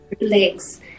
legs